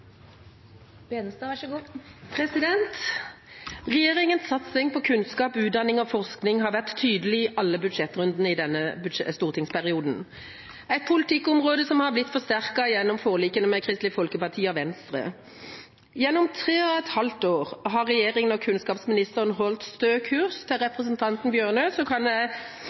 satsing på kunnskap, utdanning og forskning har vært tydelig i alle budsjettrundene i denne stortingsperioden – et politikkområde som har blitt forsterket gjennom forlikene med Kristelig Folkeparti og Venstre. Gjennom tre og et halvt år har regjeringa og kunnskapsministeren holdt stø kurs. Til representanten Bjørnø kan jeg